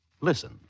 Listen